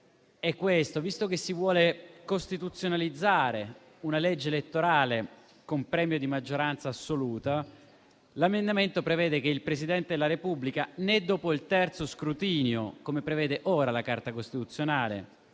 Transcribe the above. visto che si vuole costituzionalizzare una legge elettorale con premio di maggioranza assoluta, l'emendamento prevede che il Presidente della Repubblica, né dopo il terzo scrutinio - come prevede ora la Carta costituzionale